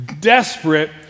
desperate